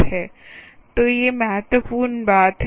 तो ये महत्वपूर्ण बात है